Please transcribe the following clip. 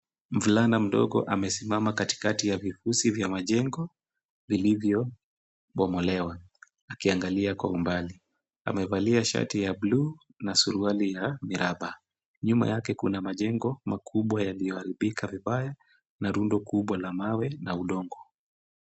Mvulana mdogo amesimama katikati ya vifusi vya majengo vilivyobomolewa akiangalia kwa umbali. Amevalia shati ya bluu na suruali ya miraba. Nyuma yake kuna majengo makubwa yaliyoharibika vibaya na rundo kubwa la mawe na udongo.